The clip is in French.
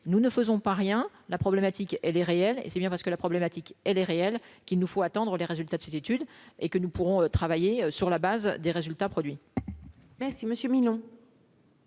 nous ne faisons pas rien la problématique elle est réelle et c'est bien parce que la problématique elle est réelle, qu'il nous faut attendre les résultats de cette étude et que nous pourrons travailler sur la base des résultats produits. Merci monsieur Milon.